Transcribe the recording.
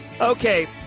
okay